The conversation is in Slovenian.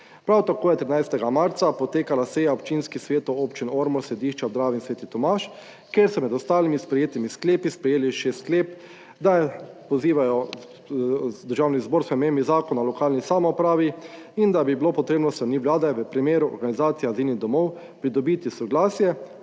Prav tako je 13. marca potekala seja občinskih svetov občine Ormož, Središča ob Dravi in Sveti Tomaž, kjer so med ostalimi sprejetimi sklepi sprejeli še sklep, da pozivajo Državni zbor k spremembi Zakona o lokalni samoupravi in da bi bilo potrebno s strani Vlade v primeru organizacije azilnih domov pridobiti soglasje